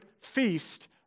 feast